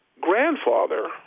grandfather